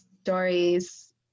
stories